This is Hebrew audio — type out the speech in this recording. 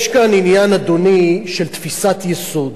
יש כאן עניין, אדוני, של תפיסת יסוד,